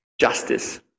justice